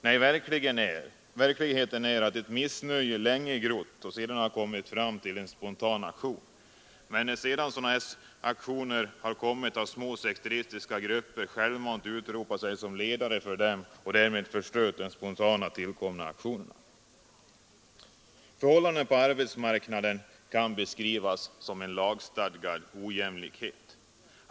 Nej, verkligheten är den att missnöjet länge har grott och resulterat i spontan aktion. Men sedan har dessa små sekteristiska grupper självmant utropat sig som ledare för och därmed förstört de spontant tillkomna aktionerna, Förhållandena på arbetsplatserna kan beskrivas som lagstadgad ojämlikhet.